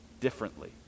differently